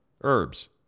herbs